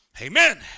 Amen